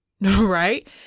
Right